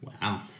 Wow